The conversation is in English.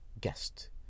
guest